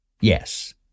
Yes